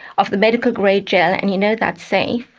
of the medical grade gel, and you know that's safe,